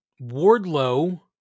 Wardlow